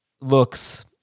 looks